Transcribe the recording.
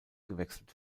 gewechselt